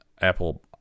Apple